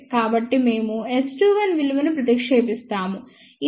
కాబట్టి మేము S21 విలువను ప్రతిక్షేపిస్తాము ఇది 2